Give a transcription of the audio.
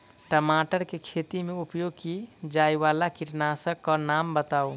टमाटर केँ खेती मे उपयोग की जायवला कीटनासक कऽ नाम बताऊ?